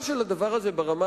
ברמה